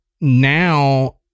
now